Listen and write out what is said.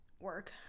Work